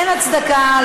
אין הצדקה,